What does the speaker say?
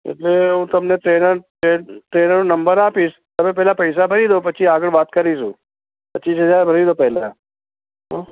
એટલે હું તમને ટ્રે ટ્રે ટ્રેનરનો નંબર આપીશ તમે પહેલાં પૈસા ભરી દો પછી આગળ વાત કરીશું પચીસ હજાર ભરી દો પહેલાં હો